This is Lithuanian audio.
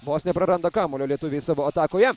vos nepraranda kamuolio lietuviai savo atakoje